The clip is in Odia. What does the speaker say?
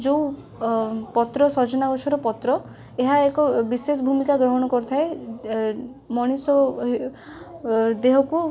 ଯେଉଁ ଅ ପତ୍ର ସଜନ ଗଛର ପତ୍ର ଏହା ଏକ ବିଶେଷଭୂମିକା ଗ୍ରହଣ କରିଥାଏ ଏ ମଣିଷ ଓ ଦେହକୁ